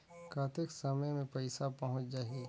कतेक समय मे पइसा पहुंच जाही?